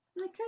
Okay